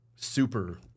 super